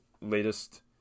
latest